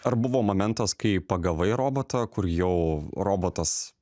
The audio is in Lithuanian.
ar buvo momentas kai pagavai robotą kur jau robotas